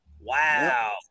wow